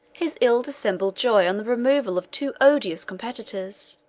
his ill-dissembled joy on the removal of two odious competitors.